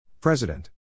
President